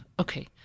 okay